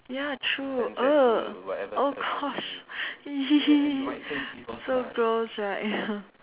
ya true err oh Gosh !ee! so gross right ya